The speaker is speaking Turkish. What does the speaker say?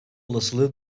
olasılığı